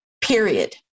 period